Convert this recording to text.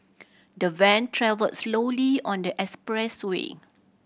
the van travelled slowly on the expressway